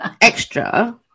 Extra